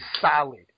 solid